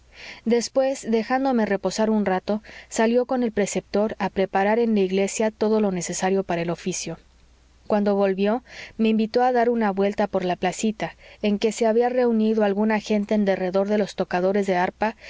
después dejándome reposar un rato salió con el preceptor a preparar en la iglesia todo lo necesario para el oficio cuando volvió me invitó a dar una vuelta por la placita en que se había reunido alguna gente en derredor de los tocadores de arpa